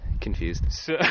Confused